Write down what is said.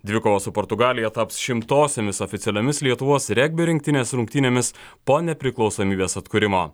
dvikovos su portugalija taps šimtosiomis oficialiomis lietuvos regbio rinktinės rungtynėmis po nepriklausomybės atkūrimo